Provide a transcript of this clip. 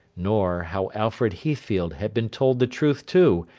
nor, how alfred heathfield had been told the truth, too,